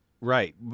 Right